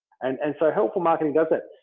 and and so helpful marketing does it.